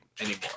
anymore